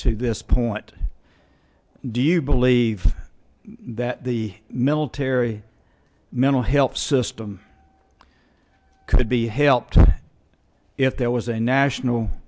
to this point do you believe that the military mental health system could be helped if there was a national